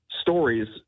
stories